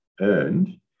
earned